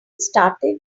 started